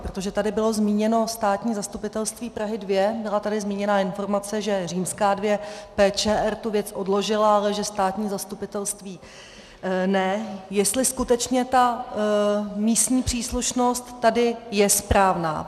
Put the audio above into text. Protože tady bylo zmíněno Státní zastupitelství Prahy 2, byla tady zmíněná informace, že II PČR tu věc odložila, ale že státní zastupitelství ne, jestli skutečně ta místní příslušnost tady je správná.